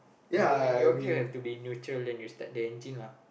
you in your gear have to be neutral then you start the engine lah